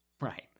Right